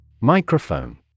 Microphone